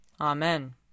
Amen